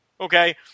Okay